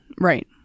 Right